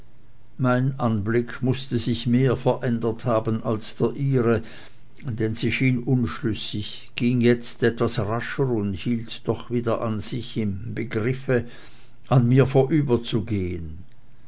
mein anblick mußte sich mehr verändert haben als der ihre denn sie schien unschlüssig ging jetzt etwas rascher und hielt doch wieder an sich im begriff an mir vorüberzugehen